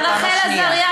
על רחל עזריה,